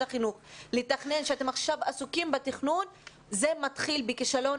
החינוך שאתם עכשיו עסוקים בתכנון זה מתחיל בכישלון